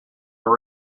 were